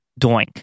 doink